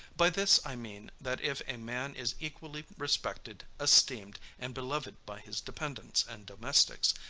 by this, i mean, that if a man is equally respected, esteemed, and beloved by his dependants and domestics,